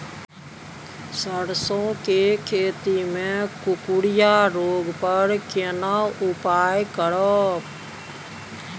सरसो के खेती मे कुकुरिया रोग पर केना उपाय करब?